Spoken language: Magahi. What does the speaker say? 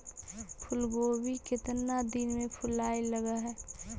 फुलगोभी केतना दिन में फुलाइ लग है?